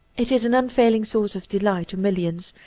it is an un failing source of delight to millions,